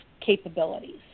capabilities